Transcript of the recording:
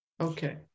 Okay